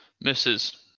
Misses